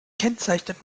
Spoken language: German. kennzeichnet